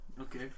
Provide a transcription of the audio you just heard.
okay